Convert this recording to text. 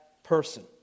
person